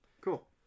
Cool